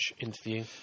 interview